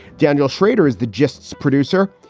daniel schrader is the justice producer.